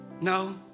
No